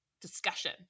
discussion